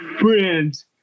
friends